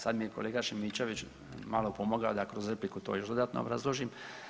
Sad mi je kolega Šimičević malo pomogao da kroz repliku to još dodatno obrazložim.